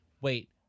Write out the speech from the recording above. wait